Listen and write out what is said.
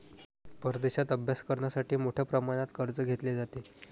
परदेशात अभ्यास करण्यासाठी मोठ्या प्रमाणात कर्ज घेतले जाते